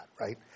right